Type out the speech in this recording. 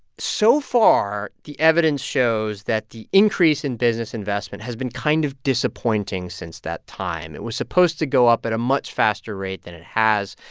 so far, the evidence shows that the increase in business investment has been kind of disappointing since that time. it was supposed to go up at a much faster rate than it has.